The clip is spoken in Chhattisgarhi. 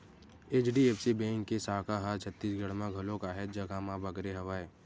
एच.डी.एफ.सी बेंक के साखा ह छत्तीसगढ़ म घलोक काहेच जघा म बगरे हवय